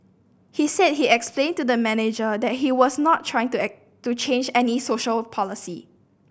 he said he explained to the manager that he was not trying to change any social policy